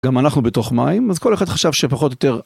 גם אנחנו בתוך מים, אז כל אחד חשב שפחות או יותר.